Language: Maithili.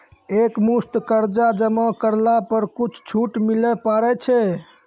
एक मुस्त कर्जा जमा करला पर कुछ छुट मिले पारे छै?